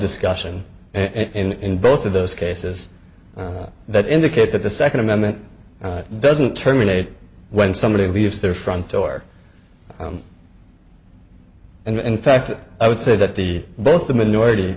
discussion in both of those cases that indicate that the second amendment doesn't terminate when somebody leaves their front door and in fact i would say that the both the minority